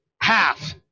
half